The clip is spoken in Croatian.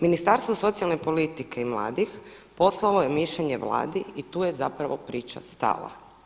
Ministarstvo socijalne politike i mladih poslalo je mišljenje Vladi i tu je zapravo priča stala.